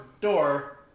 Door